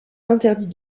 interdit